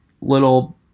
little